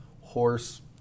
horse